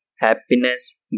happiness